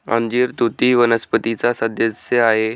अंजीर तुती वनस्पतीचा सदस्य आहे